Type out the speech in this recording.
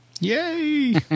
Yay